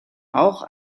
auch